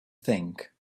think